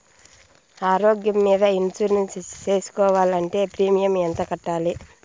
ఆరోగ్యం మీద ఇన్సూరెన్సు సేసుకోవాలంటే ప్రీమియం ఎంత కట్టాలి?